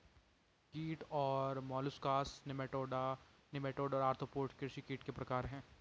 कीट molluscs nematode और arthropoda कृषि कीट के प्रकार हैं